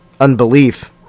unbelief